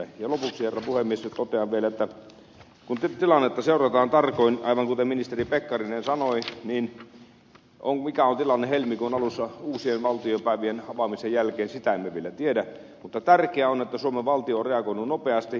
lopuksi herra puhemies totean vielä että kun tilannetta seurataan tarkoin aivan kuten ministeri pekkarinen sanoi niin mikä on tilanne helmikuun alussa uusien valtiopäivien avaamisen jälkeen sitä emme vielä tiedä mutta tärkeää on että suomen valtio on reagoinut nopeasti